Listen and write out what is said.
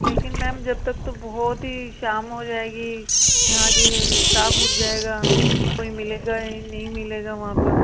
लेकिन मैम जब तक तो बहुत ही शाम हो जाएगी यहाँ के स्टाफ उठ जाएगा कोई मिलेगा नहीं मिलेगा वहां पर